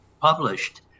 published